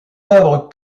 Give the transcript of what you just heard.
œuvres